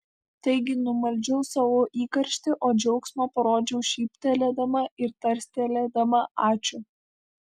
taigi numaldžiau savo įkarštį o džiaugsmą parodžiau šyptelėdama ir tarstelėdama ačiū